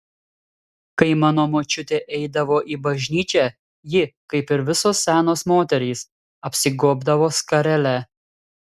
kai mano močiutė eidavo į bažnyčią ji kaip ir visos senos moterys apsigobdavo skarele